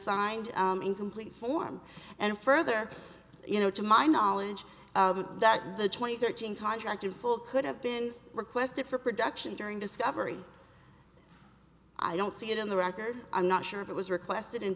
signed incomplete form and further you know to my knowledge that the twenty thirteen contract in full could have been requested for production during discovery i don't see it in the record i'm not sure if it was requested